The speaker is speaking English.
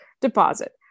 deposit